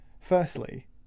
firstly